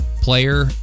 player